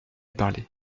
parler